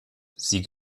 sie